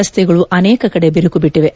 ರಸ್ತೆಗಳು ಅನೇಕ ಕಡೆ ಬಿರುಕು ಬಿಟ್ಟಿವೆ